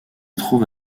trouve